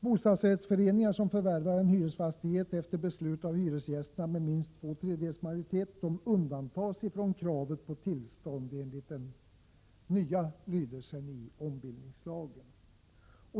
Bostadsrättsföreningar som förvärvar en hyresfastighet efter beslut av hyresgästerna med minst två tredjedels majoritet undantas från kravet på tillstånd, enligt den nya lydelsen av ombildningslagen.